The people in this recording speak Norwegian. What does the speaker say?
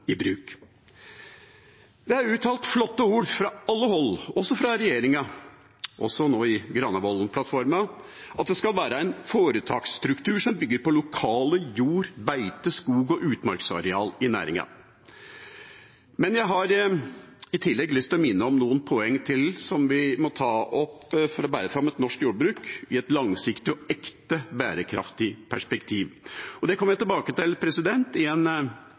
i bruk. Det er uttalt flotte ord fra alle hold, også fra regjeringa, bl.a. i Granavolden-plattformen – det skal være «foretaksstrukturer som bygger på lokale jord-, beite-, skog- og utmarksareal» i næringen. Jeg har i tillegg lyst til å minne om noen poenger som vi må ta opp for å bære fram et norsk jordbruk i et langsiktig og ekte bærekraftig perspektiv. Det kommer jeg tilbake til i en